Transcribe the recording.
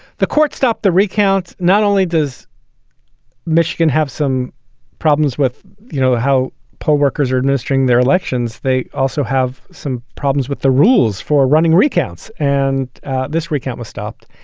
the court stopped the recount. not only does michigan have some problems with, you know, how poll workers are administering their elections, they also have some problems with the rules for running recounts. and this recount was stopped.